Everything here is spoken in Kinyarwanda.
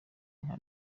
nka